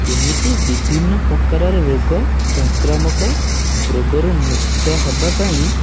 ଏମିତି ବିଭିନ୍ନ ପ୍ରକାରର ରୋଗ ସଂକ୍ରାମକ ରୋଗରୁ ମୁକ୍ତ ହେବାପାଇଁ